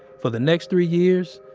for the next three years,